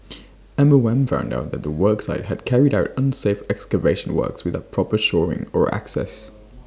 M O M found out that the work site had carried out unsafe excavation works without proper shoring or access